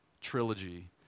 trilogy